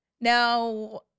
Now